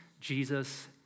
Jesus